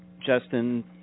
Justin